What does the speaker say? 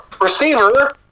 receiver